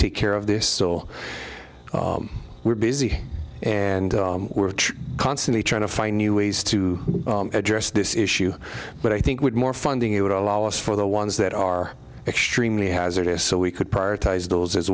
take care of this so we're busy and we're constantly trying to find new ways to address this issue but i think with more funding it would allow us for the ones that are extremely hazardous so we could parties those as